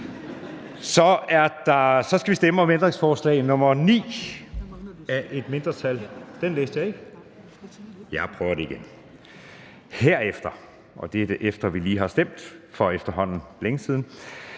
Der stemmes om ændringsforslag nr. 9 af et mindretal